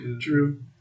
True